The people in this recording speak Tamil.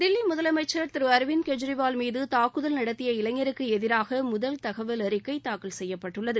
தில்லி முதலமைச்சர் திரு அரவிந்த் கெஜ்ரிவால் மீது தாக்குதல் நடத்திய இளைஞருக்கு எதிராக முதல் தகவல் அறிக்கை தாக்கல் செய்யப்பட்டுள்ளது